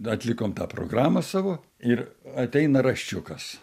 atlikom tą programą savo ir ateina raščiukas